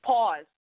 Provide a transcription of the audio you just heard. Pause